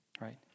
right